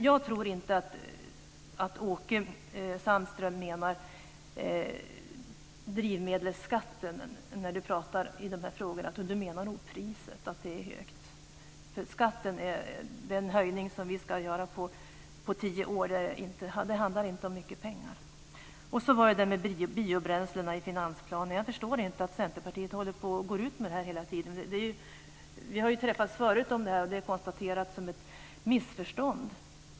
Jag tror inte att Åke Sandström menar drivmedelsskatten i detta sammanhang utan menar att priset är högt. Den skattehöjning som vi ska genomföra på tio år handlar inte om mycket pengar. Så till biobränslena i finansplanen. Jag förstår inte att Centerpartiet går ut med det här hela tiden. Vi har träffats förut om detta. Det är konstaterat som ett missförstånd.